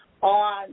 on